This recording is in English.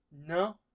No